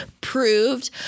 proved